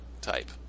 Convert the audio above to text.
type